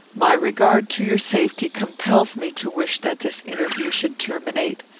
my regard to your safety compels me to wish that this interview should terminate.